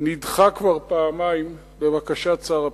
נדחה כבר פעמיים לבקשת שר הפנים.